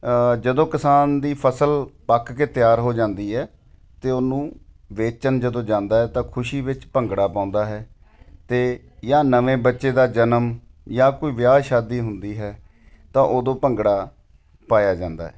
ਜਦੋਂ ਕਿਸਾਨ ਦੀ ਸਫ਼ਲ ਪੱਕ ਕੇ ਤਿਆਰ ਹੋ ਜਾਂਦੀ ਹੈ ਅਤੇ ਉਹਨੂੰ ਵੇਚਣ ਜਦੋਂ ਜਾਂਦਾ ਹੈ ਤਾਂ ਖੁਸ਼ੀ ਵਿੱਚ ਭੰਗੜਾ ਪਾਉਂਦਾ ਹੈ ਅਤੇ ਜਾਂ ਨਵੇਂ ਬੱਚੇ ਦਾ ਜਨਮ ਜਾਂ ਕੋਈ ਵਿਆਹ ਸ਼ਾਦੀ ਹੁੰਦੀ ਹੈ ਤਾਂ ਉਦੋਂ ਭੰਗੜਾ ਪਾਇਆ ਜਾਂਦਾ ਹੈ